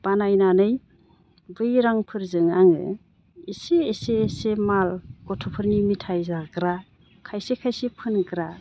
बानायनानै बै रांफोरजोंनो आङो एसे एसे एसे माल गथ'फोरनि मिथाय जाग्रा खायसे खायसे फोनग्रा